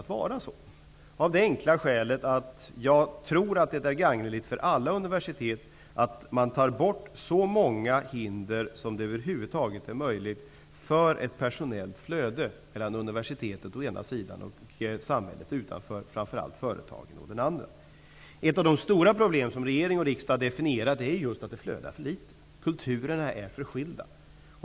Det gör jag av det enkla skälet att jag tror att det är gagneligt för alla universitet att man tar bort så många hinder som över huvud taget är möjligt för ett personellt flöde mellan universitetet å ena sidan och samhället och framför allt företagen å den andra. Ett av de stora problem som regering och riksdag definierar är just att det flödar för litet. Kulturerna är för skilda.